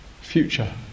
future